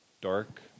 dark